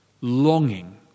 Longing